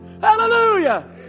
Hallelujah